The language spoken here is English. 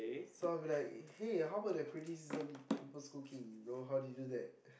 so I'm like hey how about the criticism people's cooking know how you do that